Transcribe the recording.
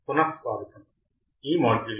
పునఃస్వాగతం